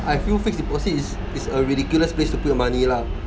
I feel fixed deposit is is a ridiculous place to put your money lah